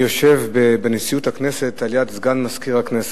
אני יושב בנשיאות הכנסת על-יד סגן מזכיר הכנסת.